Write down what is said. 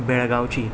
बेळगांवची